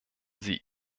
sie